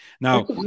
Now